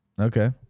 okay